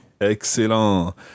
Excellent